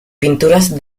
pinturas